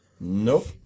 Nope